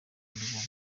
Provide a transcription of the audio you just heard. ijana